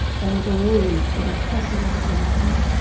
then believe it is possible to repair.